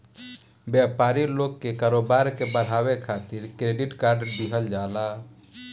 व्यापारी लोग के कारोबार के बढ़ावे खातिर क्रेडिट कार्ड दिहल जाला